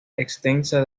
extensa